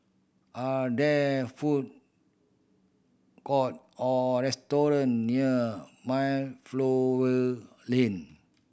are there food court or restaurant near Mayflower Lane